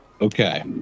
Okay